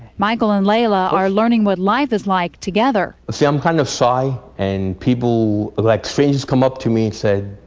michael and layla are learning what life is like together. you see, i'm kind of shy and people like strangers come up to me and say,